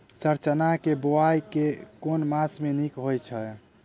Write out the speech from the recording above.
Sir चना केँ बोवाई केँ मास मे नीक होइ छैय?